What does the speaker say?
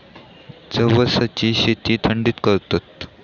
जवसची शेती थंडीत करतत